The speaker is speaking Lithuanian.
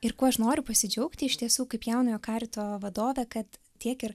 ir kuo aš noriu pasidžiaugti iš tiesų kaip jaunojo karito vadovė kad tiek ir